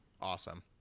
Awesome